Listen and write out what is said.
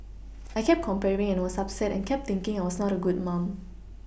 I kept comparing and was upset and kept thinking I was not a good mum